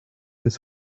als